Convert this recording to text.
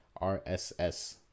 RSS